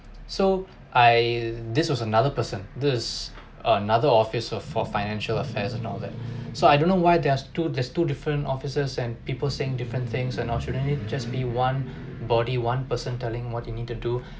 so I this was another person this or another officer for financial affairs and all that so I don't know why there's two there's two different officers and people saying different things and all shouldn't it just be one body one person telling what you need to do